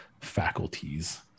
faculties